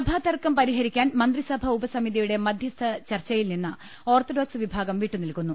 സഭാതർക്കം പരിഹരിക്കാൻ മന്ത്രിസഭാ ഉപസമിതിയുടെ മധ്യസ്ഥ ചർച്ചയിൽനിന്ന് ഓർത്തഡോക്സ് വിഭാഗം വിട്ടുനിൽക്കുന്നു